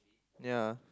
ya